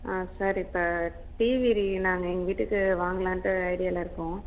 ஆ sir இப்போ DVD நாங்கள் எங்கள் வீட்டுக்கு வாங்கலாம்ட்டு ஐடியாவில இருக்கோம்